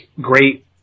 great